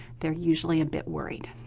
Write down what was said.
they're usually a bit worried.